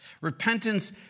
Repentance